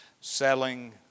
selling